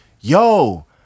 Yo